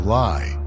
lie